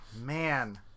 Man